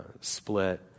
split